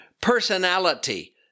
personality